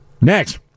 Next